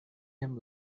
him